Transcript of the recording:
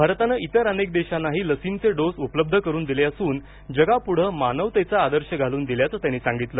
भारतानं इतर अनेक देशांनाही लसींचे डोस उपलब्ध करून दिले असून जगापुढे मानवतेचा आदर्श घालून दिल्याचं त्यांनी सांगितलं